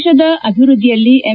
ದೇಶದ ಅಭಿವೃದ್ದಿಯಲ್ಲಿ ಎಂ